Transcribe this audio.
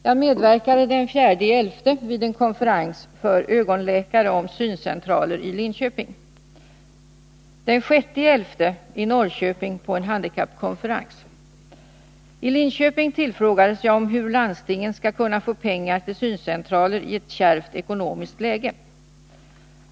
Jag medverkade den 4 november vid en konferens i Linköping för ögonläkare om syncentraler och den 6 november i Norrköping på en handikappkonferens. I Linköping tillfrågades jag om hur landstingen i ett kärvt ekonomiskt läge skall kunna få pengar till syncentraler.